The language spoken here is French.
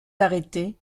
arrêtés